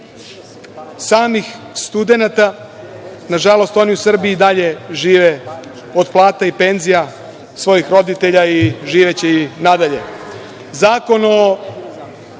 samih studenata, nažalost, oni u Srbiji i dalje žive od plata i penzija svojih roditelja, i živeće i nadalje. Zakon